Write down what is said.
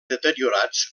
deteriorats